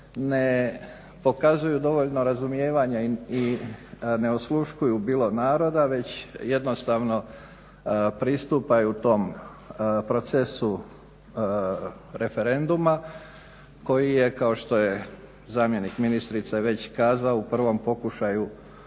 ne pokazuju dovoljno razumijevanja i ne osluškuju bilo naroda već jednostavno pristupaju tom procesu referenduma koji je kao što je zamjenik ministrice već kazao u prvom pokušaju